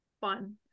Fun